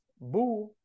boo